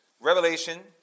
Revelation